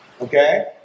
okay